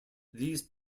these